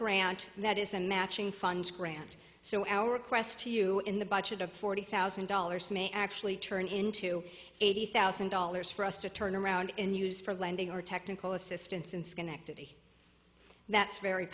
grant that is a matching funds grant so our request to you in the budget of forty thousand dollars may actually turn into eighty thousand dollars for us to turn around and use for lending or technical assistance in schenectady that's very